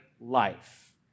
life